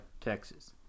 Texas